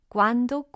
Quando